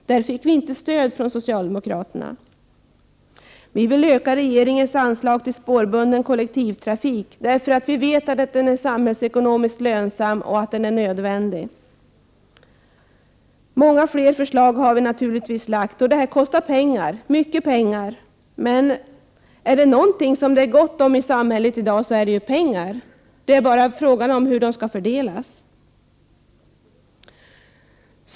Vi fick dock inte stöd från socialdemokraterna på den punkten. Vi vill öka anslagen till spårbunden kollektivtrafik efter dom den är samhällsekonomiskt lönsam och nödvändig. Många fler förslag finns i våra motioner. Detta kostar pengar — mycket pengar — men om det finns gott om någonting i samhället i dag så är det pengar. Det är bara en fråga om hur de fördelas.